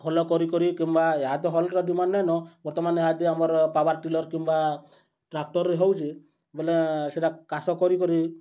hall କରିକରି କିମ୍ବା ଇହାଦେ ହଲ୍ର ଡିମାଣ୍ଡ୍ ନାଇନ ବର୍ତ୍ତମାନ୍ ଏହା ଆମର୍ ପାୱାର୍ ଟିଲର୍ କିମ୍ବା ଟ୍ରାକ୍ଟର୍ରେ ହେଉଛେ ବେଲେ ସେଟା ଚାଷ କରିକରି